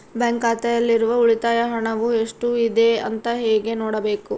Bank ಖಾತೆಯಲ್ಲಿರುವ ಉಳಿತಾಯ ಹಣವು ಎಷ್ಟುಇದೆ ಅಂತ ಹೇಗೆ ನೋಡಬೇಕು?